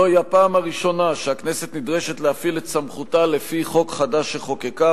זוהי הפעם הראשונה שהכנסת נדרשת להפעיל את סמכותה לפי חוק חדש שחוקקה,